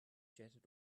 jetted